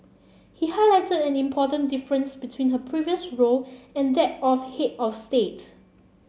he highlighted an important difference between her previous role and that of head of state